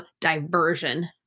diversion